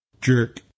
jerk